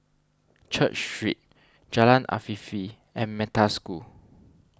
Church Street Jalan Afifi and Metta School